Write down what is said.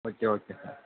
okay okay sir